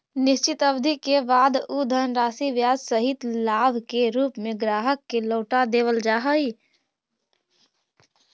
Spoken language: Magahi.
निश्चित अवधि के बाद उ धनराशि ब्याज सहित लाभ के रूप में ग्राहक के लौटा देवल जा हई